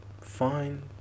fine